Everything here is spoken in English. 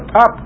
up